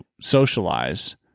socialize